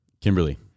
Kimberly